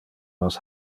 nos